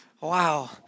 Wow